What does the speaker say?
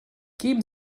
geben